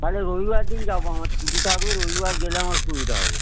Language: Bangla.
তালে রবিবার দিন যাবো আমার ছুটি থাকবে রবিবার গেলে আমার সুবিধা হবে